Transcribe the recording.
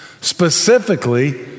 specifically